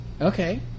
okay